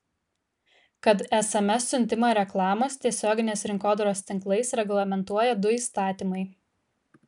kad sms siuntimą reklamos tiesioginės rinkodaros tinklais reglamentuoja du įstatymai